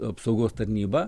apsaugos tarnyba